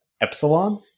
Epsilon